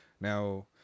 Now